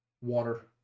water